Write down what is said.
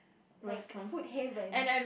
like food haven